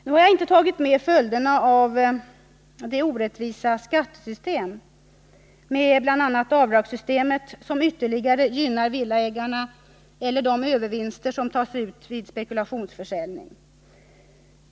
Nu har jag inte tagit med följderna av det orättvisa skattesystem, med bl.a. avdragssystemet, som ytterligare gynnar villaägarna, eller de övervinster som tas ut vid spekulationsförsäljning.